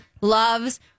loves